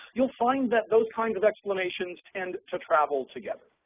you'll find that those kinds of explanations tend to travel together